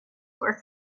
work